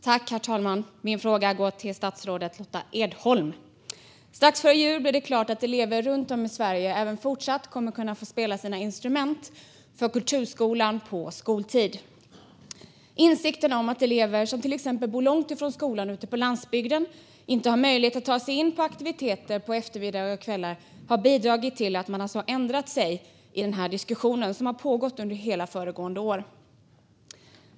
Herr talman! Min fråga går till statsrådet Lotta Edholm. Strax före jul blev det klart att elever runt om i Sverige även fortsatt kommer att kunna få spela sina instrument i kulturskolan på skoltid. Insikten om att elever som till exempel bor långt från skolan ute på landsbygden inte har möjlighet att ta sig till aktiviteter på eftermiddagar och kvällar har bidragit till att man alltså har ändrat sig i denna diskussion som har pågått under hela föregående år.